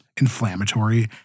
inflammatory